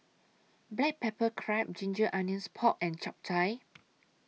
Black Pepper Crab Ginger Onions Pork and Chap Chai